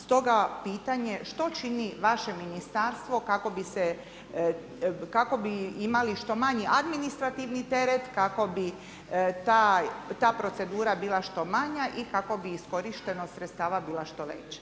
Stoga pitanje što čini vaše ministarstvo kako bi imali što manji administrativni teret, kako bi ta procedura bila što manja i kako bi iskorištenost sredstava bila što veća.